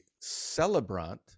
celebrant